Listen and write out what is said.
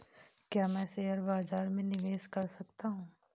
क्या मैं शेयर बाज़ार में निवेश कर सकता हूँ?